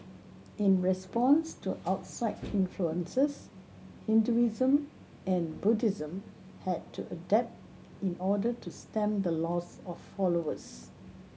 in response to outside influences Hinduism and Buddhism had to adapt in order to stem the loss of followers